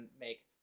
make